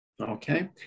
Okay